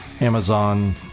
Amazon